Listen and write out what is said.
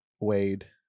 Wade